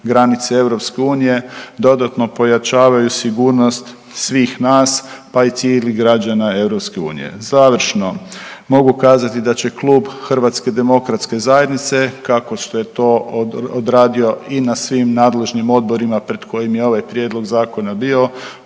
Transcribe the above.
granice EU, dodatno pojačavaju sigurnost svih nas, pa i cijelih građana EU. Završno mogu kazati da će Klub HDZ-a kako što je to odradio i na svim nadležnim odborima pred kojim je ovaj Prijedlog zakona bio,